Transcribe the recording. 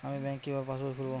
আমি ব্যাঙ্ক কিভাবে পাশবই খুলব?